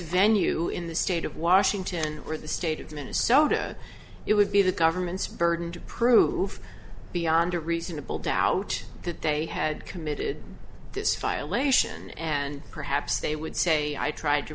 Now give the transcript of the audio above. venue in the state of washington or the state of minnesota it would be the government's burden to prove beyond a reasonable doubt that they had committed this file ation and perhaps they would say i tried to